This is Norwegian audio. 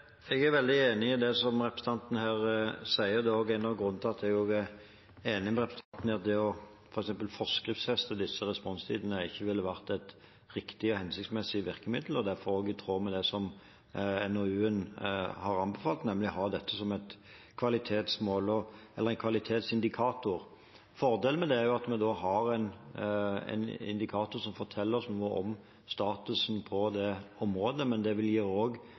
Jeg er veldig enig i det som representanten her sier. Det er også en av grunnene til at jeg er enig med representanten i at å forskriftsfeste disse responstidene ikke ville vært et riktig og hensiktsmessig virkemiddel, og derfor er det også i tråd med det NOU-en har anbefalt, nemlig å ha dette som en kvalitetsindikator. Fordelen med det er at vi da har en indikator som forteller oss noe om statusen på det området, men det